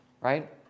Right